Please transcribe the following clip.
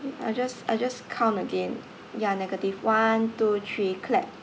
I'll just I'll just count again ya negative one two three clap